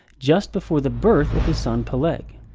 just before the birth of his son, peleg.